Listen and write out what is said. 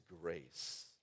grace